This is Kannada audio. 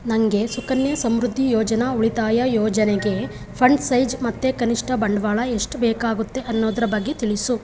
ನನಗೆ ಸುಕನ್ಯಾ ಸಮೃದ್ಧಿ ಯೋಜನಾ ಉಳಿತಾಯ ಯೋಜನೆಗೆ ಫಂಡ್ ಸೈಜ್ ಮತ್ತೆ ಕನಿಷ್ಟ ಬಂಡವಾಳ ಎಷ್ಟು ಬೇಕಾಗುತ್ತೆ ಅನ್ನೋದರ ಬಗ್ಗೆ ತಿಳಿಸು